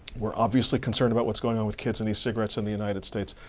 we're obviously concerned about what's going on with kids and e-cigarettes in the united states.